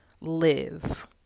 live